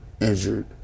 injured